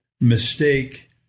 mistake